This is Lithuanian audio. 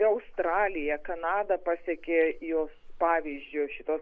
australija kanada pasekė jos pavyzdžiu šitos